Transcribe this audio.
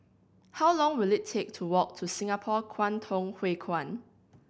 how long will it take to walk to Singapore Kwangtung Hui Kuan